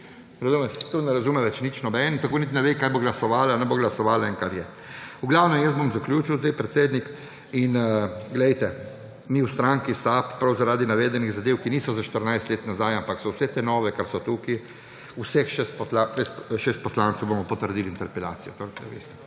To ne razume več nič noben, tako niti ne ve, kaj bo glasovala, ne bo glasovala in kar je. V glavnem, jaz bom zaključil zdaj, predsednik. Mi v stranki SAB prav zaradi navedenih zadev, ki niso za 14 let nazaj, ampak so vse te nove, kar so tukaj, vseh šest poslancev bomo potrdili interpelacijo, toliko da veste.